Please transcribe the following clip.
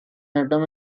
atom